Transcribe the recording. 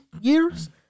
years